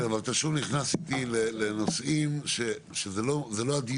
אבל, שוב, אתה נכנס איתי לנושאים שהם לא הדיון.